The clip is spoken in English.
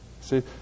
See